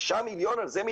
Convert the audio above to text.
6 מיליון, על זה מתווכחים?